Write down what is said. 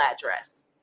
address